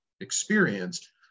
experience